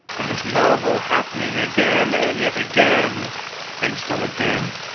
and this marvel happing again and yet again and still again,